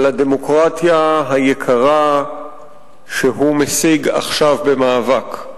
הדמוקרטיה היקרה שהוא משיג עכשיו במאבק.